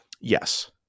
Yes